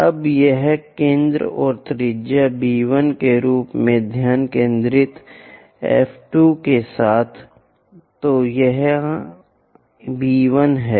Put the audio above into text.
अब यहां केंद्र और त्रिज्या B 1 के रूप में ध्यान केंद्रित F 2 के साथ तो यहां B 1 है